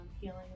healing